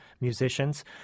musicians